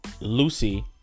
Lucy